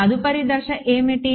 తదుపరి దశ ఏమిటి